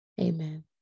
Amen